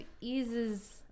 eases